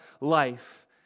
life